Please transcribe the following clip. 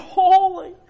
holy